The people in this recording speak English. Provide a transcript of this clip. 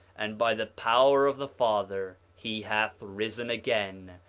and by the power of the father he hath risen again,